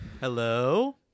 Hello